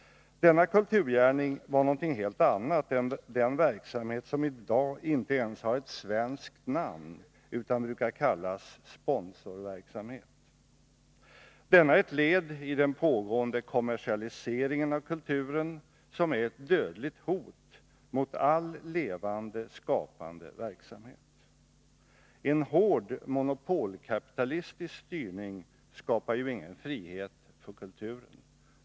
Denna kulturgärning var någonting helt annat än den verksamhet som i dag inte ens har ett svenskt namn utan brukar kallas sponsorverksamhet. Denna är ett led i den pågående kommersialiseringen av kulturen, som är ett dödligt hot mot all levande skapande verksamhet. En hård monopolkapitalistisk styrning skapar ju ingen frihet för kulturen.